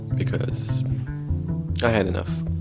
because i had enough.